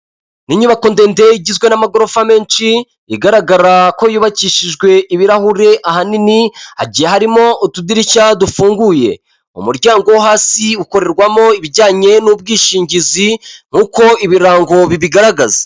Inyubako ndende igizwe n'amagorofa menshi igaragara ko yubakishijwe ibirahuri ahanini harimo utudirishya dufunguye, umuryango wo hasi ukorerwamo ibijyanye n'ubwishingizi nk'uko ibirango bibigaragaza.